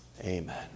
Amen